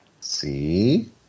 See